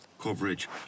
coverage